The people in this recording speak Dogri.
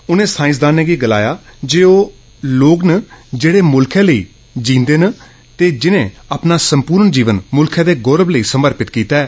उनें साईंसदाने गी गलाया जे ओह लोग न जेडे मुल्खे लेई जीन्दे न ते जिने अपना संपुर्ण जीवन मुल्खे दे गौरब लेई समर्पित कीता ऐ